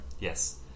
Yes